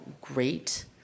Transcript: great